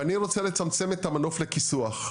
ואני רוצה לצמצם את המנוף לכיסוח,